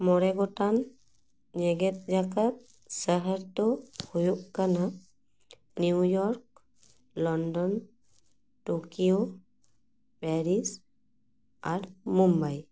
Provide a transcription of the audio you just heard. ᱢᱚᱬᱮ ᱜᱚᱴᱟᱱ ᱡᱮᱜᱮᱫ ᱡᱟᱠᱟᱫ ᱥᱚᱦᱚᱨ ᱫᱚ ᱦᱩᱭᱩᱜ ᱠᱟᱱᱟ ᱱᱤᱭᱩᱼᱤᱭᱚᱨᱠ ᱞᱚᱱᱰᱚᱞ ᱴᱳᱠᱤᱭᱳ ᱯᱮᱨᱤᱥ ᱟᱨ ᱢᱩᱢᱵᱟᱭ